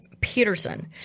Peterson